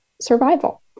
survival